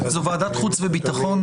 זו ועדת חוץ וביטחון?